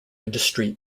industry